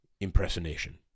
impersonation